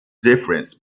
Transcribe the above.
difference